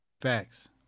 Facts